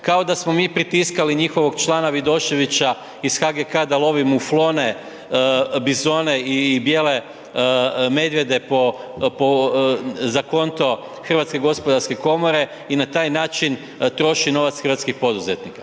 kao da smo mi pritiskali njihovog člana Vidoševića iz HGK-a da lovi muflone, bizone i bijele medvjede za konto HGK i na taj način troši novac hrvatskih poduzetnika.